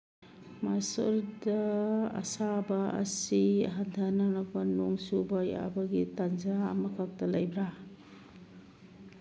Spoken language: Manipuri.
ꯃꯦꯁꯨꯔꯗ ꯑꯁꯥꯕ ꯑꯁꯤ ꯍꯟꯊꯍꯟꯅꯕ ꯅꯣꯡ ꯆꯨꯕ ꯌꯥꯕꯒꯤ ꯇꯟꯖꯥ ꯑꯃꯈꯛꯇ ꯂꯩꯕ꯭ꯔꯥ